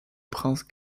prince